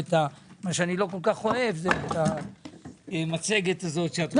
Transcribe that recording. למרות שלא אוהב את המצגת שאת רוצה.